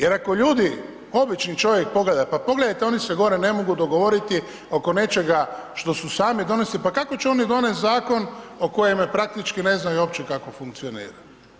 Jer ako ljudi, obični čovjek pogleda, pa pogledajte oni se gore ne mogu dogovoriti oko nečega što su sami … [[Govornik se ne razumije]] , pa kako će oni donijeti zakon o kojemu praktički ne znaju uopće kako funkcionira?